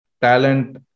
talent